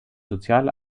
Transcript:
soziale